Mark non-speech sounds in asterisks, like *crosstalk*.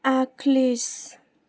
*unintelligible*